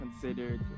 considered